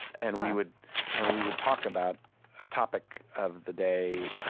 and we would and we would talk about a topic of the day,